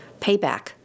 payback